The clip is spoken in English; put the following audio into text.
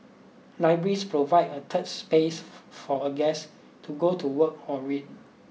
libraries provide a third space for a guest to go to work or read